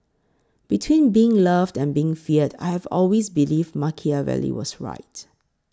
between being loved and being feared I have always believed Machiavelli was right